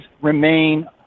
remain